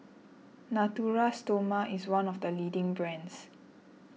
Natura Stoma is one of the leading brands